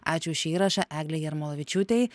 ačiū už šį įrašą eglei jarmolavičiūtei